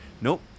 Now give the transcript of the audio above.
Nope